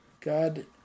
god